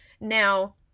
Now